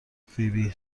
فیبی